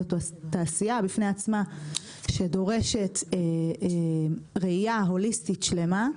זאת תעשייה בפני עצמה שדורשת ראיה הוליסטית שלמה,